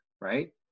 right